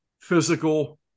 physical